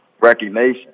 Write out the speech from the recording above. recognition